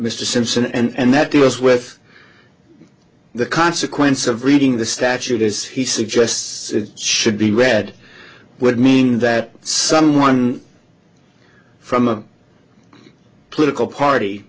mr simpson and that was with the consequence of reading the statute as he suggests it should be read would mean that someone from a political party